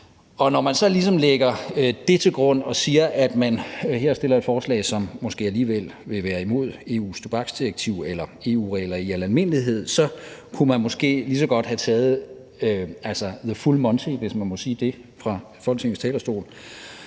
Når man lægger det til grund og her alligevel har fremsat et forslag, som måske ville være imod EU's tobaksdirektiv eller EU-regler i al almindelighed, så kunne man måske lige så godt have taget the full monty, hvis jeg